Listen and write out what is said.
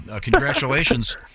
Congratulations